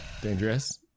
dangerous